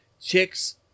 chicks